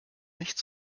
nicht